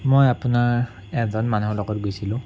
মই আপোনাৰ এজন মানুহৰ লগত গৈছিলোঁ